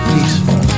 Peaceful